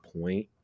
point